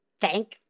Thank